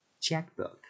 Checkbook